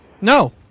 No